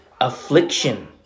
affliction